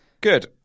good